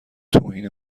توهین